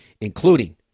including